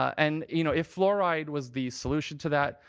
and you know if fluoride was the solution to that,